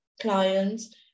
clients